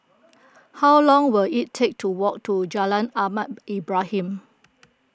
how long will it take to walk to Jalan Ahmad Ibrahim